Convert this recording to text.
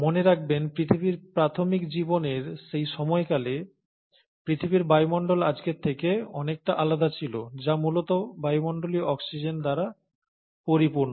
মনে রাখবেন পৃথিবীর প্রাথমিক জীবনের সেই সময়কালে পৃথিবীর বায়ুমণ্ডল আজকের থেকে অনেকটা আলাদা ছিল যা মূলত বায়ুমণ্ডলীয় অক্সিজেন দ্বারা পরিপূর্ণ